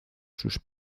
sus